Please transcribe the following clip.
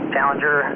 Challenger